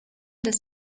des